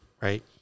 right